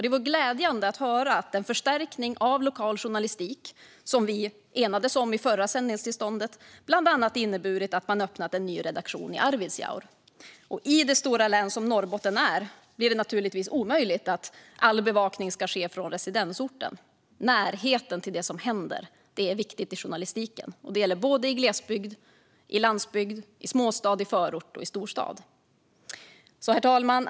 Det var glädjande att höra att den förstärkning av lokal journalistik som vi enades om i förra sändningstillståndet bland annat har inneburit att man öppnat en ny redaktion i Arvidsjaur. I ett län av Norrbottens storlek är det naturligtvis omöjligt att all bevakning sker från residensorten. Närheten till det som händer är viktig i journalistiken - det gäller både i glesbygd, på landsbygd, i småstad, i förort och i storstad. Herr talman!